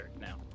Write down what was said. now